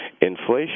inflation